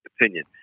opinion